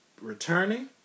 Returning